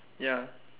ya